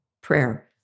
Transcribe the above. prayer